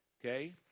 Okay